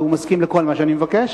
שהוא מסכים לכל מה שאני מבקש,